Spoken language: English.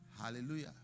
Hallelujah